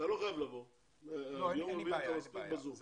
אתה לא חייב לבוא, ביום רביעי אתה מספיק בזום.